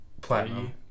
platinum